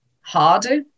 harder